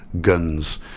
guns